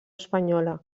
espanyola